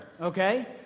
okay